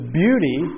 beauty